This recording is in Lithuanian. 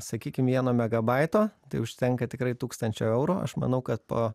sakykim vieno megabaito tai užtenka tikrai tūkstančio eurų aš manau kad po